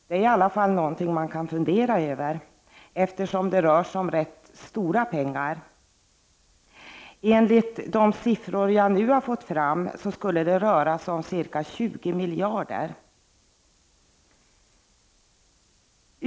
Det är i alla fall något man kan fundera över, eftersom det rör sig om rätt stora pengar. Enligt de siffror som jag har fått fram skulle det röra sig om ca 20 miljarder.